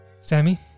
Sammy